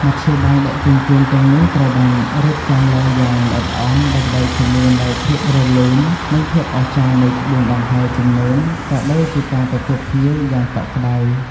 មធ្យោបាយដឹកជញ្ជូនទាំងនោះត្រូវបានរៀបចំឡើងយ៉ាងល្អិតល្អន់ដើម្បីធានានូវភាពរលូន និងភាពអស្ចារ្យនៃក្បួនដង្ហែរជំនូន ក៏ដូចជាការទទួលភ្ញៀវយ៉ាងកក់ក្តៅ។